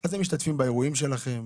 - אז הם משתתפים באירועים שלכם,